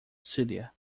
celia